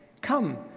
Come